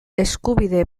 eskubide